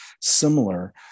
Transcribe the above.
similar